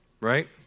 right